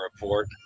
report